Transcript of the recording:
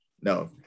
no